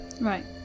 Right